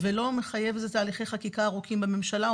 ולא מחייב איזה תהליכי חקיקה ארוכים בממשלה,